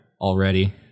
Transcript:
already